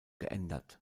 geändert